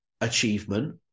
achievement